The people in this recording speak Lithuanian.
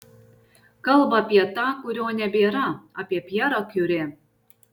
kalba apie tą kurio nebėra apie pjerą kiuri